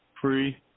free